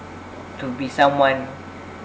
to be someone